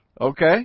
Okay